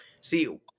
see